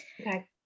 Okay